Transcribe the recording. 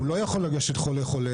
הוא לא יכול לגשת לכל חולה,